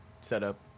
setup